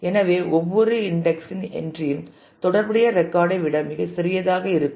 எனவே ஒவ்வொரு இன்டெக்ஸ் இன் என்றி யும் தொடர்புடைய ரெக்கார்ட் ஐ விட மிகச் சிறியதாக இருக்கும்